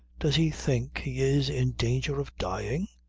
does he think he is in danger of dying?